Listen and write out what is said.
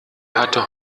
hatte